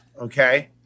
Okay